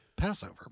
Passover